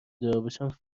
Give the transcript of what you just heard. داربشم